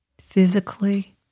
physically